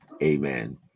Amen